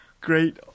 great